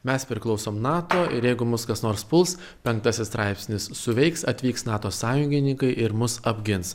mes priklausom nato ir jeigu mus kas nors puls penktasis straipsnis suveiks atvyks nato sąjungininkai ir mus apgins